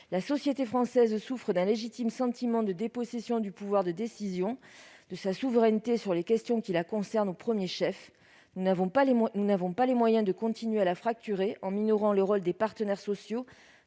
La société française souffre d'un légitime sentiment de dépossession de son pouvoir de décision et de sa souveraineté sur les questions qui la concernent au premier chef. Nous n'avons pas les moyens de continuer à la fracturer en minorant le rôle des partenaires sociaux